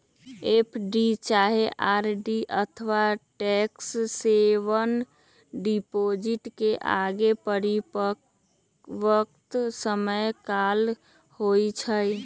FD चाहे RD अथवा tax saver deposit के एगो परिपक्वता समय काल होइ छइ